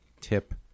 Tip